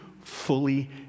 fully